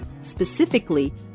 specifically